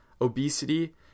obesity